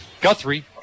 Guthrie